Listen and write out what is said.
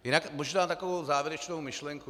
Jinak možná takovou závěrečnou myšlenku.